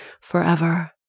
forever